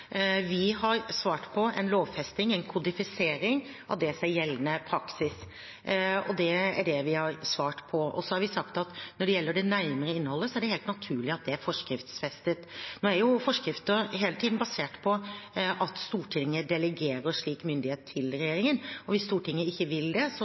Vi har svart på en lovfesting, en kodifisering av det som er gjeldende praksis. Det er det vi har svart på. Så har vi sagt at når det gjelder det nærmere innholdet, er det helt naturlig at det er forskriftsfestet. Nå er jo forskrifter hele tiden basert på at Stortinget delegerer slik myndighet til regjeringen, og hvis Stortinget ikke vil det,